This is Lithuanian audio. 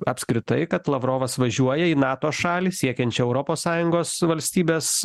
apskritai kad lavrovas važiuoja į nato šalį siekiančią europos sąjungos valstybės